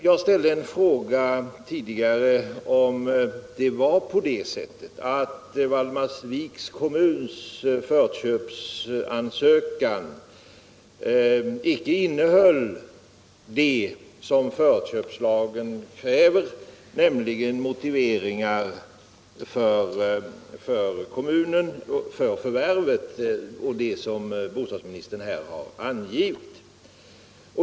Jag ställde en fråga, om Valdemarsviks kommuns förköpsansökan icke innehöll det som förköpslagen kräver, nämligen motiveringar från kommunen för förvärvet, såsom bostadsministern här har angivit.